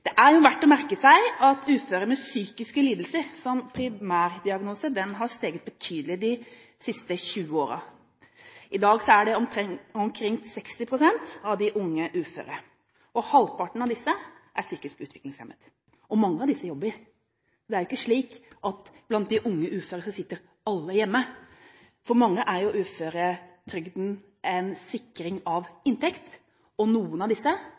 Det er verdt å merke seg at tallet på uføre med psykiske lidelser som primærdiagnose har steget betydelig de siste 20 årene. I dag utgjør det omkring 60 pst. av de unge uføre. Halvparten av disse er psykisk utviklingshemmet. Mange av disse jobber. Så det er ikke slik at blant de unge uføre sitter alle hjemme. For mange er uføretrygden en sikring av inntekt, og noen av disse